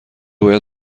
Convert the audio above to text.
باید